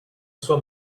sua